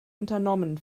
unternommen